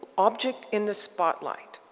object in the spotlight.